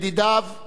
חבריו,